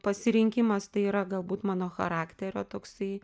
pasirinkimas tai yra galbūt mano charakterio toksai